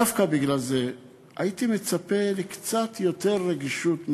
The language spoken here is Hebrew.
דווקא בגלל זה הייתי מצפה לקצת יותר רגישות מהממשלה,